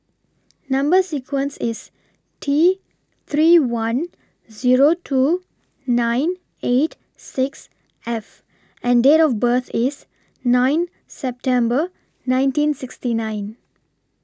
Number sequence IS T three one Zero two nine eight six F and Date of birth IS nine September nineteen sixty nine